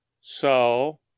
So